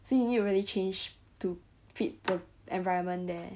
so you need to really change to fit the environment there